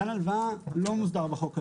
מתן הלוואה לא מוסדר בחוק הזה,